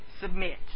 Submit